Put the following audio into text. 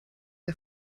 der